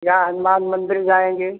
या हनुमान मंदिर जाएंगे